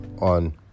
on